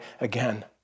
again